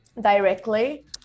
directly